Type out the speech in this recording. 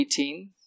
18